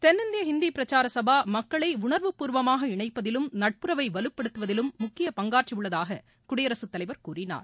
தென்னிந்திய இந்தி பிரச்சார சபா மக்களை உணர்வுப்பூர்வமாக இணைப்பதிலும் நட்புறவை வலுப்படுத்துவதிலும் முக்கிய பங்காற்றியுள்ளதாக குடியரசுத் தலைவர் கூறினார்